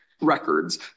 Records